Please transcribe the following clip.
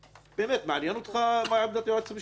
מעניין אותך מה עמדת היועץ המשפטי?